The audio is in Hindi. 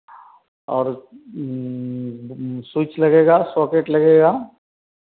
और स्विच लगेगा सॉकेट लगेगा